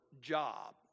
job